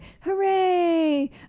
Hooray